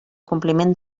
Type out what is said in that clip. compliment